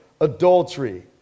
adultery